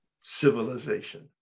civilization